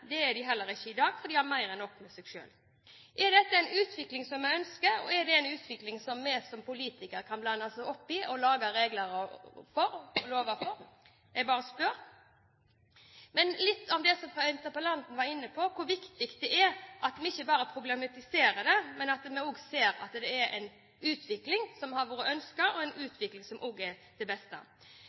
det er de ikke i dag, for de har mer enn nok med seg selv. Er dette en utvikling som vi ønsker, og er det en utvikling som vi som politikere kan blande oss opp i og lage regler og lover for? Jeg bare spør. Interpellanten var inne på hvor viktig det er at vi ikke bare problematiserer dette, men også ser at det er en utvikling som har vært ønsket, en utvikling som også er til det